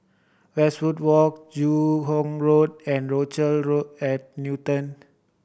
Westwood Walk Joo Hong Road and Rochelle at Newton